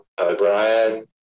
O'Brien